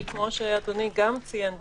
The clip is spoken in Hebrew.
כי כמו שאדוני גם ציין בצדק,